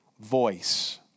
voice